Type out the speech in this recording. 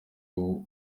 ubu